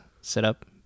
setup